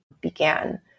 began